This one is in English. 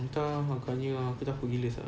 entah agaknya ah aku takut gila sia